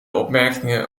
opmerkingen